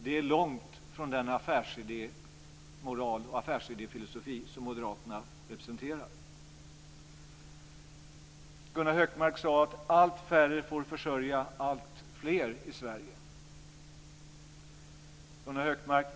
Det är långt från den affärsidéfilosofi som moderaterna representerar. Gunnar Hökmark sade att allt färre får försörja alltfler i Sverige. Gunnar Hökmark!